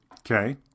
Okay